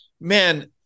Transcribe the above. Man